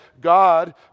God